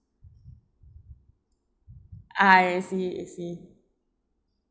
I see I see